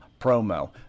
promo